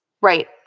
right